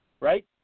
right